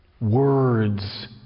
Words